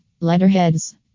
Letterheads